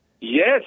Yes